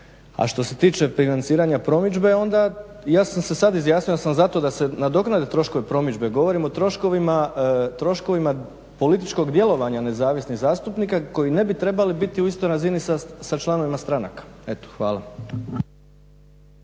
A što se tiče financiranja promidžbe onda ja sam se sad izjasnio da sam za to da se nadoknade troškovi promidžbe. Govorim o troškovima političkog djelovanja nezavisnih zastupnika koji ne bi trebali biti u istoj razini sa članovima stranaka. Eto, hvala.